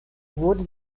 wurde